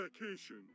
vacation